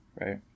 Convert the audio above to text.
right